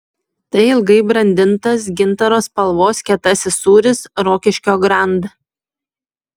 tai ilgai brandintas gintaro spalvos kietasis sūris rokiškio grand